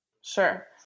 Sure